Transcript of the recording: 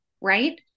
right